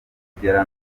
kugera